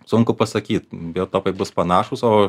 sunku pasakyt biotopai bus panašūs o